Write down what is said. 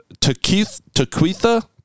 Takitha